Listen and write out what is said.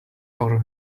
our